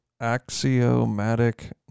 Axiomatic